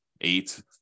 eight